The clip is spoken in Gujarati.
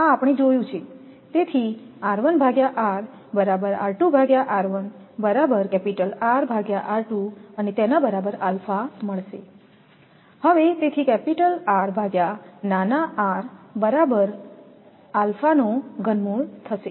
આ આપણે જોયું છે તેથી હવે તેથી કેપિટલ R ભાગ્યા નાના r Rr બરાબર થશે